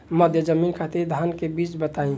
मध्य जमीन खातिर धान के बीज बताई?